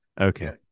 okay